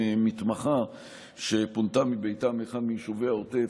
מתמחה שפונתה מביתה מאחד מיישובי העוטף,